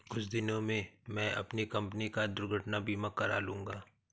कुछ दिनों में मैं अपनी कंपनी का दुर्घटना बीमा करा लूंगा